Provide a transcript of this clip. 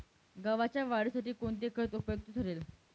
गव्हाच्या वाढीसाठी कोणते खत उपयुक्त ठरेल?